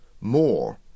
more